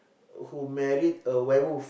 who married a werewolf